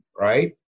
right